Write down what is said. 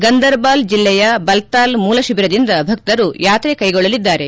ಗಂದರ್ಬಾಲ್ ಜಿಲ್ಲೆಯ ಬಲ್ತಾಲ್ ಮೂಲ ಶಿಬಿರದಿಂದ ಭಕ್ತರು ಯಾತ್ರೆ ಕ್ಲೆಗೊಳ್ಳಲಿದ್ದಾರೆ